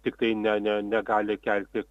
tiktai ne ne negali kelti